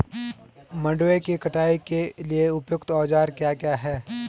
मंडवे की कटाई के लिए उपयुक्त औज़ार क्या क्या हैं?